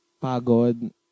Pagod